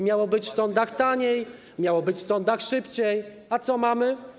Miało być w sądach taniej, miało być w sądach szybciej, a co mamy?